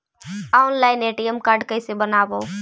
Online ATM card कैसे बनाबौ?